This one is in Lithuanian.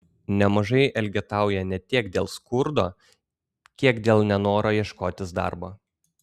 nemažai elgetauja ne tiek dėl skurdo kiek dėl nenoro ieškotis darbo